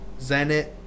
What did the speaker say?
Zenit